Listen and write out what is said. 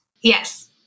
Yes